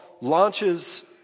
launches